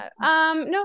no